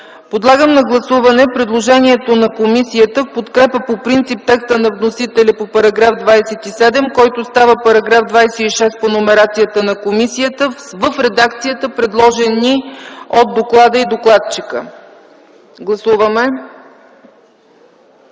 Подлагам на гласуване предложението на комисията в подкрепа по принцип текста на вносителя по § 27, който става § 26 по номерацията на комисията, в редакцията, предложена ни от доклада и докладчика. Моля, гласувайте.